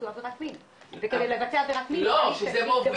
המטרה שלך לפגוע כעבירת מין וכדי לבצע עבירת מין --- לא זה מוביל,